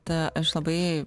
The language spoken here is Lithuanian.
ta aš labai